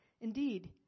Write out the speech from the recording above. Indeed